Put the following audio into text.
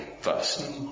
first